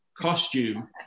costume